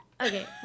okay